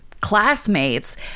classmates